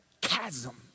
chasm